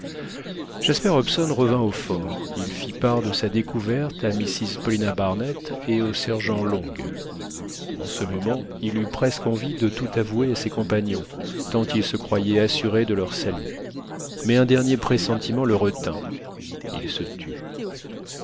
jasper hobson revint au fort il fit part de sa découverte à mrs paulina barnett et au sergent long en ce moment il eut presque envie de tout avouer à ses compagnons tant il se croyait assuré de leur salut mais un dernier pressentiment le retint il se tut